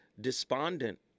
despondent